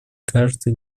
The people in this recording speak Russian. каждый